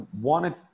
wanted